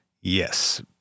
Yes